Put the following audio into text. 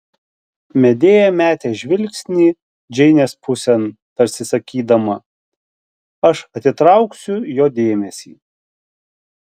medėja metė žvilgsnį džeinės pusėn tarsi sakydama aš atitrauksiu jo dėmesį